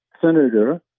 Senator